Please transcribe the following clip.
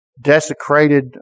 desecrated